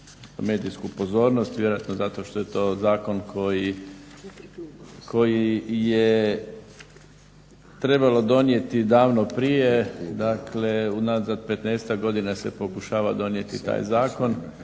medijsku pozornost. Vjerojatno zato što je to zakon koji je trebalo donijeti davno prije, dakle unazad petnaestak godina se pokušava donijeti taj zakon.